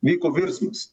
vyko virsmas